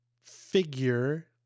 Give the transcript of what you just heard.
figure